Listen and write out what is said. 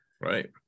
Right